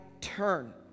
turn